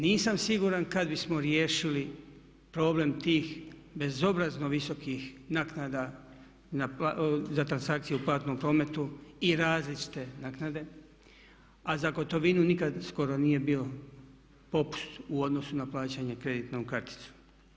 Nisam siguran kad bismo riješili problem tih bezobrazno visokih naknada za transakcije u platnom prometu i različite naknade a za gotovinu nikad skoro nije bio popust u odnosu na plaćanje kreditnom karticom.